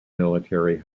military